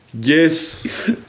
Yes